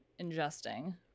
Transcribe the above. ingesting